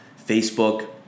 facebook